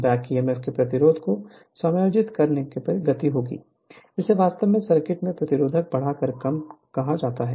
back EMF के प्रतिरोध को समायोजित करने पर गति होगी जिसे वास्तव में सर्किट में प्रतिरोध बढ़ाकर कम कहा जाता है